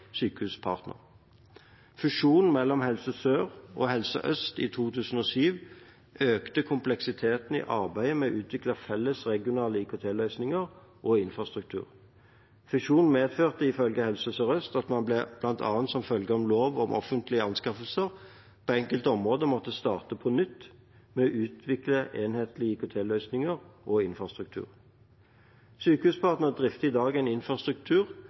Sykehuspartner. Fusjonen mellom Helse Sør og Helse Øst i 2007 økte kompleksiteten i arbeidet med å utvikle felles regionale IKT-løsninger og infrastruktur. Fusjonen medførte ifølge Helse Sør-Øst at man bl.a. som følge av lov om offentlige anskaffelser på enkelte områder måtte starte på nytt med å utvikle enhetlige IKT-løsninger og infrastruktur. Sykehuspartner drifter i dag en infrastruktur